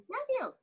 Matthew